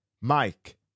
Mike